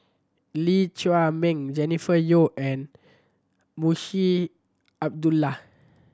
Lee Chiaw Meng Jennifer Yeo and Munshi Abdullah